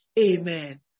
Amen